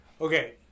Okay